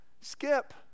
skip